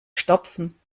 stopfen